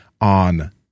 on